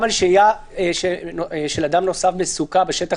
גם על שהייה של אדם נוסף בסוכה בשטח